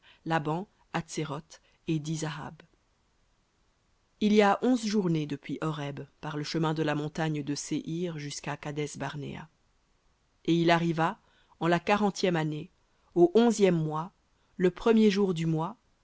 ja il y a onze journées depuis horeb par le chemin de la montagne de séhir jusqu'à kadès barnéa et il arriva en la quarantième année au onzième mois le premier du mois